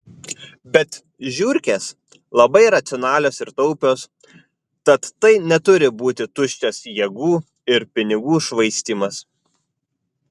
bet žiurkės labai racionalios ir taupios tad tai neturi būti tuščias jėgų ir pinigų švaistymas